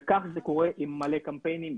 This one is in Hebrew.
כך זה קורה עם הרבה קמפיינים.